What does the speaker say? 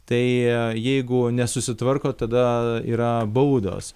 tai jeigu nesusitvarko tada yra baudos